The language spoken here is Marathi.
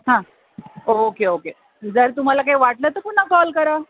हा ओके ओके जर तुम्हाला काही वाटलं तर पुन्हा कॉल करा